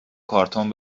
کارتون